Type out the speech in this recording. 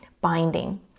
binding